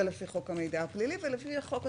זה לפי חוק המידע הפלילי ולפי החוק הספציפי,